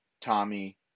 Tommy